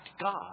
God